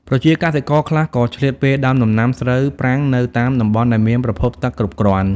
ប្រជាកសិករខ្លះក៏ឆ្លៀតពេលដាំដំណាំស្រូវប្រាំងនៅតាមតំបន់ដែលមានប្រភពទឹកគ្រប់គ្រាន់។